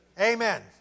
Amen